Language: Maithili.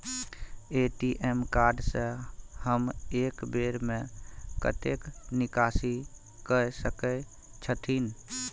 ए.टी.एम कार्ड से हम एक बेर में कतेक निकासी कय सके छथिन?